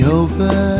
over